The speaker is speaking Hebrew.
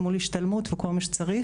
גמול השתלמות וכל מה שצריך.